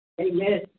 Amen